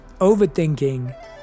overthinking